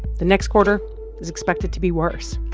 the next quarter is expected to be worse.